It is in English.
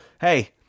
hey